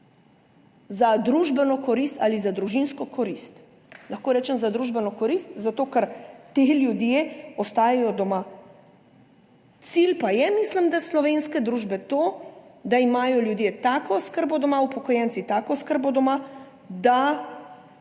za družbeno korist ali za družinsko korist. Lahko rečem, za družbeno korist, zato ker ti ljudje ostajajo doma. Mislim, da je cilj slovenske družbe to, da imajo ljudje oziroma upokojenci doma tako oskrbo, da